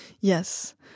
Yes